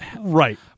Right